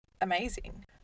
amazing